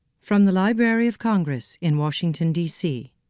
from the library of congress in washington d c.